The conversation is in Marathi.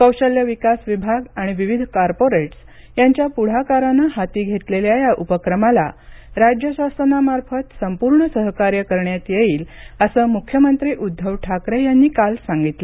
कौशल्य विकास विभाग आणि विविध कॉर्पोरेट्स यांच्या पुढाकाराने हाती घेतलेल्या या उपक्रमास राज्य शासनामार्फत संपूर्ण सहकार्य करण्यात येईल असं मुख्यमंत्री उद्धव ठाकरे यांनी काल सांगितलं